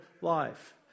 life